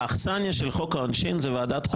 האכסניה של חוק העונשין היא ועדת החוקה,